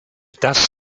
das